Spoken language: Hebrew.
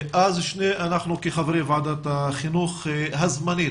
כחברי ועדת החינוך הזמנית.